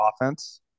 offense